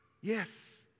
Yes